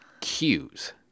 cues